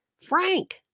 Frank